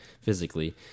physically